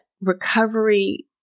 recovery